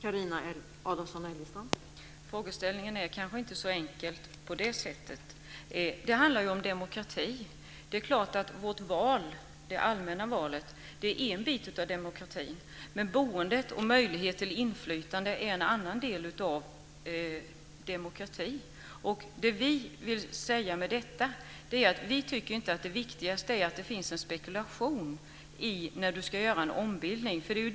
Fru talman! Frågeställningen är kanske inte så enkel. Det handlar om demokrati. Det är klart att det allmänna valet är en del av demokratin. Men boendet och möjlighet till inflytande är en annan del av demokrati. Det vi vill säga med detta är att vi inte tycker att det viktigaste är att det finns en spekulation när man ska göra en ombildning.